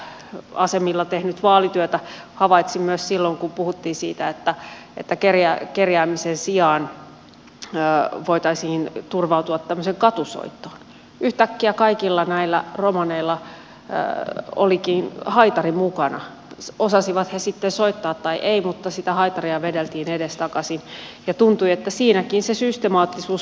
itse kun olen asemilla tehnyt vaalityötä havaitsin myös silloin kun puhuttiin siitä että kerjäämisen sijaan voitaisiin turvautua tämmöiseen katusoittoon että yhtäkkiä kaikilla näillä romaneilla olikin haitari mukana osasivat he sitten soittaa tai ei mutta sitä haitaria vedeltiin edestakaisin ja tuntui että siinäkin se systemaattisuus organisoituminen näkyi